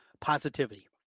positivity